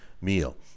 meal